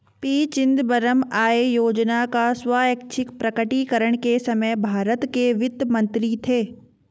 P Chidambaram आय योजना का स्वैच्छिक प्रकटीकरण के समय भारत के वित्त मंत्री थे